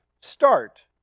start